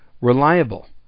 reliable